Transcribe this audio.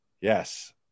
yes